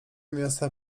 miasta